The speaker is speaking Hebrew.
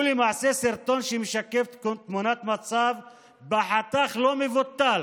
הוא למעשה סרטון שמשקף תמונת מצב בחתך לא מבוטל